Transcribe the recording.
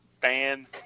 fan